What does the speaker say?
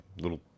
little